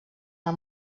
del